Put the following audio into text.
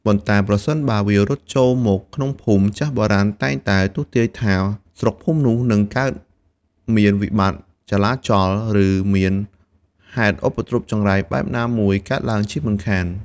ប៉ុន្តែ ប្រសិនបើវារត់ចូលមកក្នុងភូមិ ចាស់បុរាណតែងតែទស្សន៍ទាយថា ស្រុកភូមិនោះនិងកើតមានវិបត្តិ ចលាចល ឬមានហេតុឧបទ្រពចង្រៃបែបណាមួយកើតឡើងជាមិនខាន។